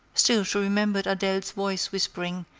still, she remembered adele's voice whispering,